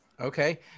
okay